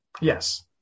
Yes